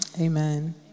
amen